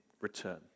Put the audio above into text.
return